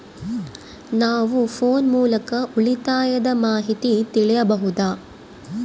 ನಾವು ಫೋನ್ ಮೂಲಕ ಉಳಿತಾಯದ ಮಾಹಿತಿ ತಿಳಿಯಬಹುದಾ?